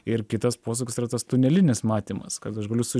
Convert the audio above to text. ir kitas posūkis yra tas tunelinis matymas kad aš galiu su